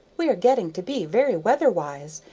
we are getting to be very weather-wise,